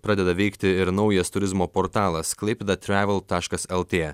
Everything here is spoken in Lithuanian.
pradeda veikti ir naujas turizmo portalas klaipėda travel taškas lt